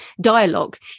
dialogue